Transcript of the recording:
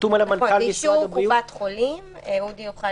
זה אישור קופת חולים אודי יוכל